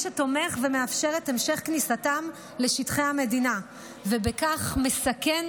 שתומך ומאפשר את המשך כניסתם לשטחי המדינה ובכך מסכן,